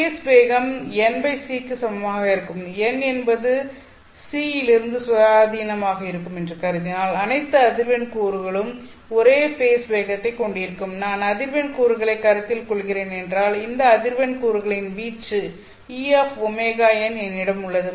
face வேகம் nc க்கு சமமாக இருக்கும் n என்பது c இலிருந்து சுயாதீனமாக இருக்கும் என்று கருதினால் அனைத்து அதிர்வெண் கூறுகளும் ஒரே ஃபேஸ் வேகத்தைக் கொண்டிருக்கும் நான் அதிர்வெண் கூறுகளைக் கருத்தில் கொள்கிறேன் என்றால் இந்த அதிர்வெண் கூறுகளின் வீச்சு Eωn என்னிடம் உள்ளது